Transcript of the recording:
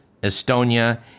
Estonia